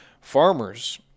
Farmers